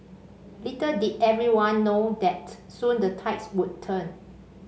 little did everyone know that soon the tides would turn